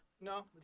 No